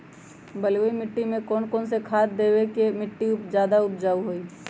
बलुई मिट्टी में कौन कौन से खाद देगें की मिट्टी ज्यादा उपजाऊ होगी?